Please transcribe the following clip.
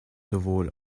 sowohl